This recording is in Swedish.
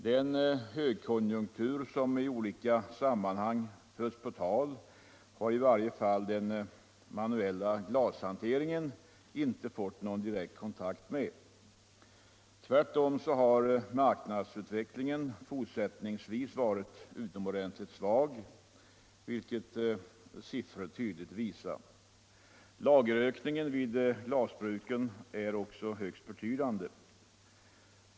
Den högkonjunktur som i olika sammanhang förts på tal har i varje fall den manuella glasindustrin inte fått någon direkt kontakt med. Tvärtom har marknadsutvecklingen fortsättningsvis varit utomordentligt svag, vilket siffrorna tydligt visar. Lagerökningen vid glasbruken är också högst betydande.